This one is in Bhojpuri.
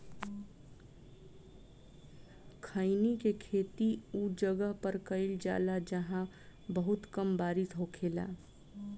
खईनी के खेती उ जगह पर कईल जाला जाहां बहुत कम बारिश होखेला